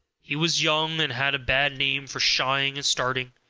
he was young, and had a bad name for shying and starting,